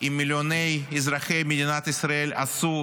עם מיליוני אזרחי מדינת ישראל, עשו